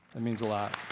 it means a lot.